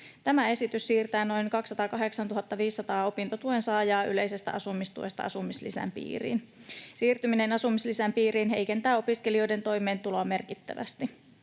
Tämä esitys siirtää noin 208 500 opintotuen saajaa yleisestä asumistuesta asumislisän piiriin. Siirtyminen asumislisän piiriin heikentää opiskelijoiden toimeentuloa merkittävästi.